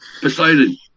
Poseidon